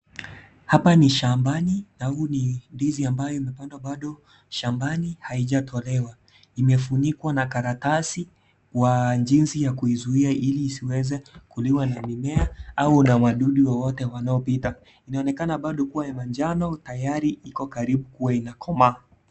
Hapa ni shambani ,na hii ni ndizi ambayo imepandwa shambani haijatolewa. Imefunikwa na karatasi kwa jinsi ya kuizuia ili isiweze kuliwa na mimea au na wadudu wowote wanaopita. Inaonekana bado ya manjano tayari iko karibu kuwa inakomaa.